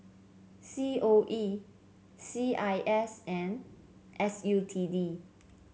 C O E C I S and S U T D